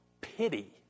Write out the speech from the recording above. pity